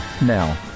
now